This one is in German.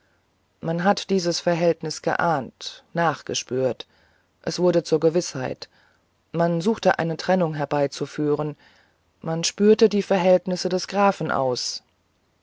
man hat dieses verhältnis geahnt nachgespürt es wurde zur gewißheit man suchte eine trennung herbeizuführen man spürte die verhältnisse des grafen aus